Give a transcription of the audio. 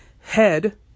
Head